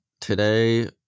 today